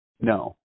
No